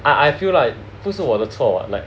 I I feel like 不是我的错 like